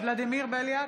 ולדימיר בליאק,